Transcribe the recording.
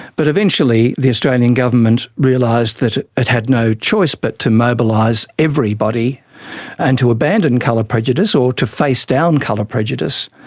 but eventually the australian government realised that it had no choice but to mobilise everybody and to abandon colour prejudice, or to face down colour prejudice.